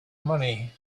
money